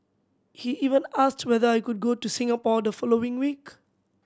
he even asked whether I could go to Singapore the following week